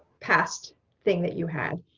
past thing that you had.